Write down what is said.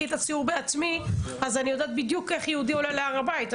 את הסיור בעצמי אני יודעת בדיוק איך יהודי עולה להר הבית.